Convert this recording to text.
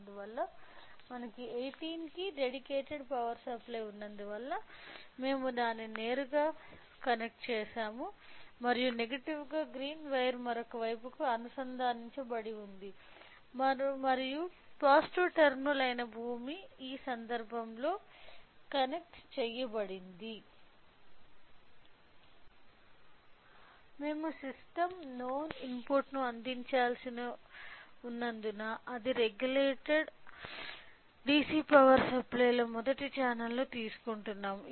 అందువల్ల మనకు 18 కి డెడికేటెడ్ పవర్ సప్లై ఉన్నందున మేము దానిని నేరుగా కనెక్ట్ చేసాము మరియు నెగటివ్ గా గ్రీన్ వైర్ మరొక వైపుకు అనుసంధానించబడి ఉంది మరియు పాజిటివ్ టెర్మినల్ అయిన గ్రౌండ్ ఈ సందర్భంలో కనెక్ట్ చెయ్యబడింది మేము సిస్టమ్కు నోన్ ఇన్పుట్ను అందించవలసి ఉన్నందున ఆ రేగులేటెడ్ DC పవర్ సప్లై లో మొదటి ఛానెల్ను తీసుకుంటున్నాము